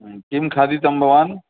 किं खादितं भवान्